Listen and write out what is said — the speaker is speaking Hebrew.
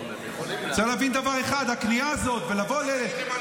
צריך להבין דבר אחד: הכניעה הזאת, ולבוא, סליחה?